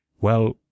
Well